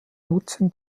nutzten